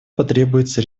потребуется